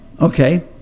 okay